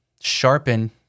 sharpen